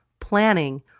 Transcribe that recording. planning